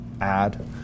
add